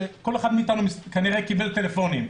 וכל אחד מאיתנו כנראה קיבל שיחות כאלה בטלפון.